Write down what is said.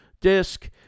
Disk